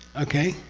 okay?